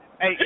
Hey